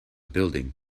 building